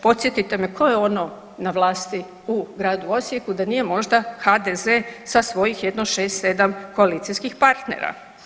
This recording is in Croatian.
Podsjetite me tko je ono na vlasti u gradu Osijeku, da nije možda HDZ sa svojih jedno 6-7 koalicijskih partnera.